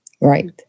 Right